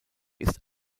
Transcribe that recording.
ist